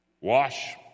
Wash